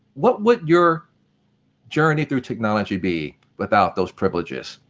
what would your journey through technology be without those privileges?